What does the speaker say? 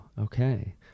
okay